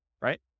right